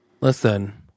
Listen